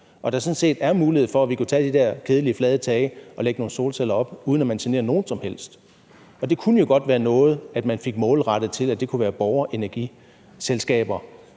set er mulighed for, at vi kunne lægge nogle solceller på de der kedelige flade tage, uden at man generede nogen som helst. Og det kunne jo godt være noget, man fik målrettet til, at det kunne være borgerenergifællesskaber,